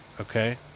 Okay